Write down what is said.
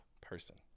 person